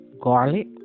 garlic